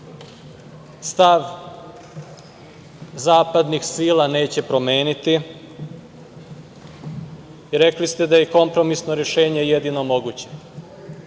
stav zapadnih sila neće promeniti. Rekli ste da je kompromisno rešenje jedino moguće.